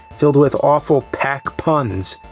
filled with awful pac puns.